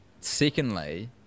Secondly